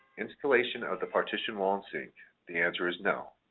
installation of the partition wall and sink the answer is no.